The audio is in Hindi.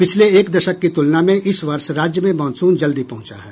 पिछले एक दशक की तुलना में इस वर्ष राज्य में मॉनसून जल्दी पहुंचा है